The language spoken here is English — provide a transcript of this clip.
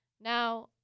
Now